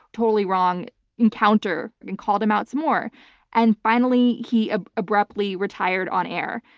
totally wrong encounter and called him out some more and finally he ah abruptly retired on air.